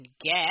get